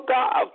God